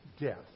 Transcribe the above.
death